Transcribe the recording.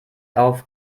auf